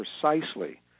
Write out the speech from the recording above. precisely